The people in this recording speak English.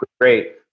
great